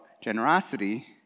generosity